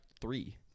three